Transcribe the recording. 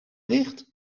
dicht